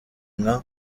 nka